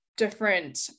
different